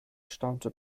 staunte